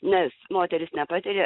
nes moteris nepatiria